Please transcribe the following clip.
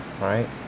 right